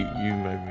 you move